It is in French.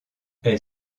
elle